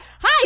hi